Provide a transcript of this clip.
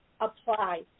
apply